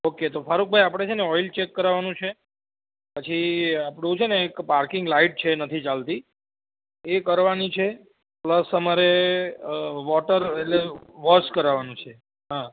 okay તો ફારૂકભાઈ આપડે છે ને ઓઈલ ચેક કરાવાનું છે પછી આપડું છે ને એક પાર્કીંગ લાઈટ છે એ નથી ચાલતી એ કરવાની છે પ્લસ અમારે વોટર એટલે વોશ કરાવાનુ છે હા